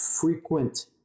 frequent